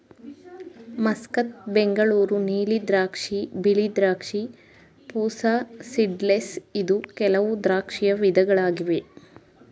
Muscat, Bengaluru ನೀಲಿ ದ್ರಾಕ್ಷಿ, ಬಿಳಿ ದ್ರಾಕ್ಷಿ, ಪೂಸಾ ಸೀಡ್ಲೆಸ್ ಇದು ಕೆಲವು ದ್ರಾಕ್ಷಿಯ ವಿಧಗಳಾಗಿವೆ